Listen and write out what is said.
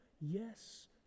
yes